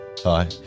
Hi